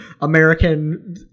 american